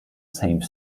same